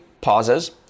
pauses